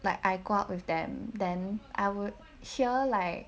like I go out with them then I would hear like